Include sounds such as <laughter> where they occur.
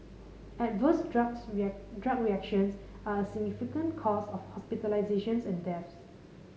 adverse drugs <unintelligible> drug reactions are a significant cause of hospitalisations and deaths